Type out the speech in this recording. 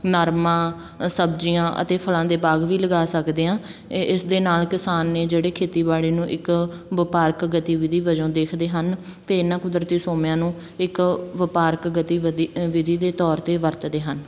ਨਰਮਾ ਸਬਜ਼ੀਆਂ ਅਤੇ ਫਲਾਂ ਦੇ ਬਾਗ ਵੀ ਲਗਾ ਸਕਦੇ ਹਾਂ ਇ ਇਸ ਦੇ ਨਾਲ ਕਿਸਾਨ ਨੇ ਜਿਹੜੇ ਖੇਤੀਬਾੜੀ ਨੂੰ ਇੱਕ ਵਪਾਰਕ ਗਤੀਵਿਧੀ ਵਜੋਂ ਦੇਖਦੇ ਹਨ ਅਤੇ ਇਹਨਾਂ ਕੁਦਰਤੀ ਸੋਮਿਆਂ ਨੂੰ ਇੱਕ ਵਪਾਰਕ ਗਤੀਵਧੀ ਵਿਧੀ ਦੇ ਤੌਰ 'ਤੇ ਵਰਤਦੇ ਹਨ